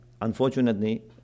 unfortunately